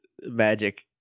magic